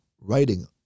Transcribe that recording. writing